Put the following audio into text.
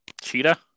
Cheetah